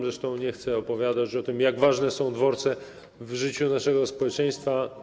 Zresztą nie chcę opowiadać już o tym, jak ważne są dworce w życiu naszego społeczeństwa.